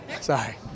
Sorry